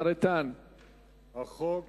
החוק